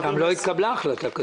גם לא התקבלה החלטה כזו.